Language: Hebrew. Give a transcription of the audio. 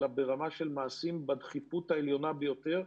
אלא ברמה של מעשים בדחיפות העליונה ביותר.